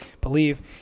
believe